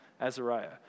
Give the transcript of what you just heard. Azariah